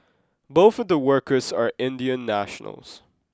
both of the workers are Indian nationals